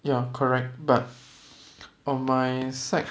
ya correct but on my side